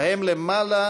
ובהם למעלה